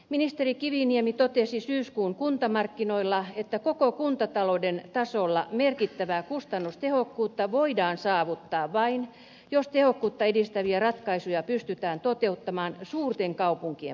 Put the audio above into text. ministeri kiviniemi totesi syyskuun kuntamarkkinoilla että koko kuntatalouden tasolla merkittävää kustannustehokkuutta voidaan saavuttaa vain jos tehokkuutta edistäviä ratkaisuja pystytään toteuttamaan suurten kaupunkien palveluissa